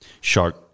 Shark